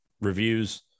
reviews